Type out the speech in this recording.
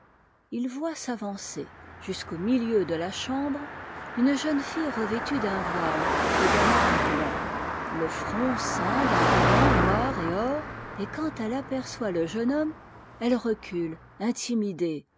il voit s'avancer jusqu'au milieu de ta chambre une jeune ntte revêtue d'un voile et d'un habit blanc te front ceint d'un ruban noir et or et quand ette aperçoit le jeune homme ette recule intimidée